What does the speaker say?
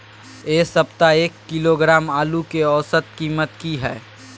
ऐ सप्ताह एक किलोग्राम आलू के औसत कीमत कि हय?